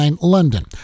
london